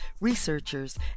researchers